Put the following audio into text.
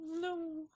no